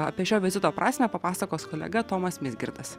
apie šio vizito prasmę papasakos kolega tomas mizgirdas